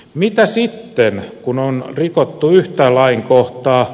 mitä sitten kun on rikottu yhtä lainkohtaa